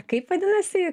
kaip vadinasi